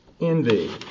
Envy